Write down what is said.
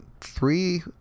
three